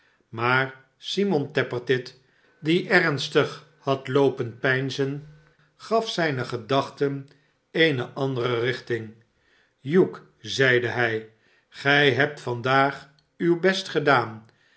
maar simon iappertit die ernstig had loopen peinzen gaf zijne gedachten eene andere hulh zeide hij gij hebt vandaag uw best gedaan